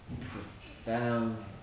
profound